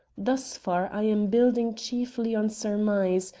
thus far i am building chiefly on surmise,